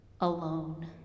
alone